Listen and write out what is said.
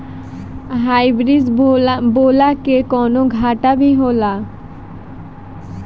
Hybrid बोला के कौनो घाटा भी होखेला?